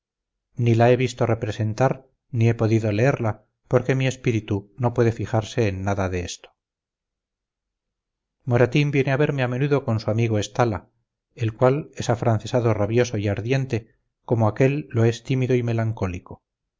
ni la he visto representar ni he podido leerla porque mi espíritu no puede fijarse en nada de esto moratín viene a verme a menudo con su amigo estala el cual es afrancesado rabioso y ardiente como aquel lo es tímido y melancólico